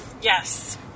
Yes